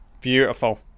Beautiful